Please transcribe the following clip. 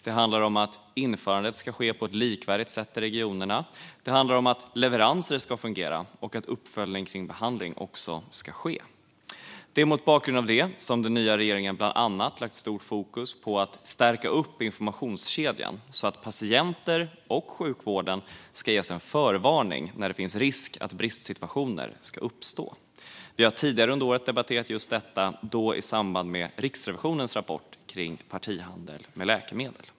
Det handlar om att införandet ska ske på ett likvärdigt sätt i regionerna, att leveranser ska fungera och att uppföljning kring behandling ska ske. Det är mot bakgrund av det som den nya regeringen bland annat har lagt stort fokus på att stärka upp informationskedjan så att patienter och sjukvården ska ges en förvarning när det finns risk att bristsituationer ska uppstå. Vi har tidigare under året debatterat just detta, då i samband med Riksrevisionens rapport kring partihandel med läkemedel.